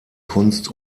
kunst